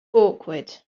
awkward